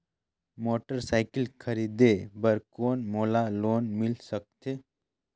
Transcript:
Motorcycle खरीदे बर कौन मोला लोन मिल सकथे?